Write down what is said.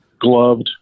gloved